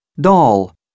Doll